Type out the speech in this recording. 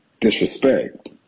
disrespect